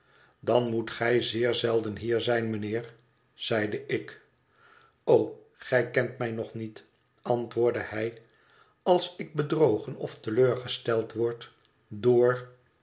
dan moet gij zeer zelden hier zijn mijnheer zeide ik o gij kent mij nog niet antwoordde hij als ik bedrogen ofte leur gesteld word door